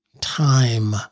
Time